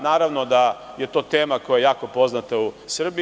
Naravno da je to tema koja je jako poznata u Srbiji.